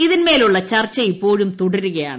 ഇതിൽമേലുള്ള ചർച്ച ഇപ്പോഴും തുടരുകയാണ്